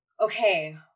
Okay